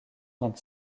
vingt